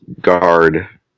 guard